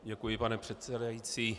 Děkuji, pane předsedající.